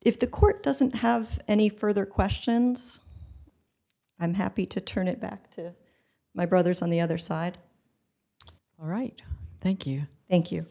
if the court doesn't have any further questions i'm happy to turn it back to my brothers on the other side all right thank you thank you